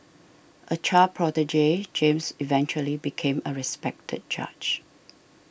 a child prodigy James eventually became a respected judge